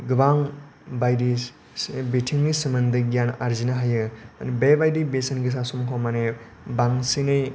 गोबां बायदि बिथिंनि सोमोन्दै गियान आरजिनो हायो बेबायदि बेसेन गोसा समखौ माने बांसिनै